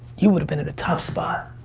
you would have been in a tough spot.